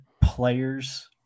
players